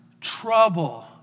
trouble